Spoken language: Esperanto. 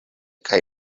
kaj